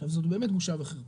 עכשיו, זאת באמת בושה וחרפה.